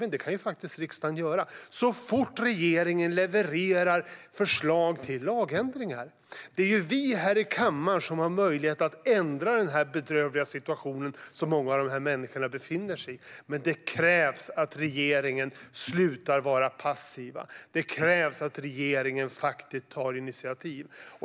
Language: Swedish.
Och det kan riksdagen göra, så fort regeringen levererar förslag till lagändringar. Det är vi här i kammaren som har möjlighet att ändra den bedrövliga situation som många av de här människorna befinner sig i. Men det krävs att regeringen slutar att vara passiv. Det krävs att regeringen tar initiativ.